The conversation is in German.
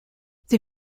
sie